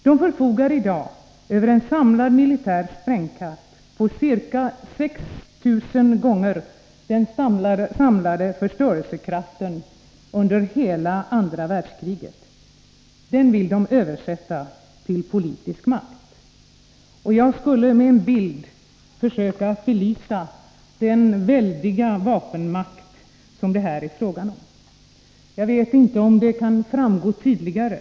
De förfogar i dag över en samlad militär sprängkraft på ca 6 000 gånger den samlade förstörelsekraften under hela andra världskriget. Den vill de översätta till politisk makt. Jag skulle vilja försöka belysa den väldiga vapenmakt som det här är fråga om med en bild. Jag vet inte om det kan framgå tydligare.